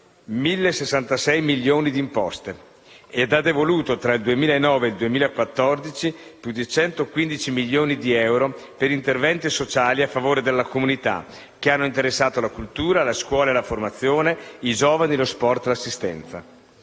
1.066 milioni di euro di imposte ed ha devoluto, tra il 2009 e il 2014, più di 115 milioni di euro per interventi sociali a favore della comunità, che hanno interessato la cultura, la scuola e la formazione, i giovani, lo sport e l'assistenza.